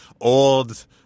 old